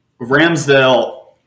Ramsdale